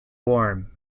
warm